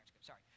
sorry